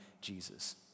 Jesus